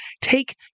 take